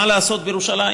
מה לעשות בירושלים,